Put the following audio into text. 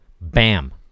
Bam